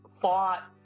fought